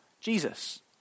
Jesus